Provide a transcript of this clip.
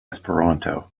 esperanto